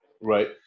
Right